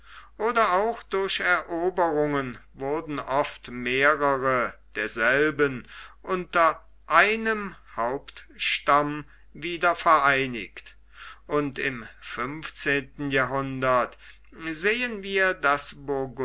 oder auch durch eroberungen wurden oft mehrere derselben unter einem hauptstamm wieder vereinigt und im fünfzehnten jahrhundert sehen wir das